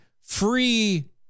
free